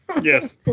Yes